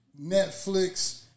Netflix